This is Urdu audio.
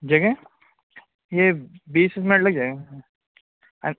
جگہ یہ بیس منٹ لگ جائے گا اچھا